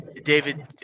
David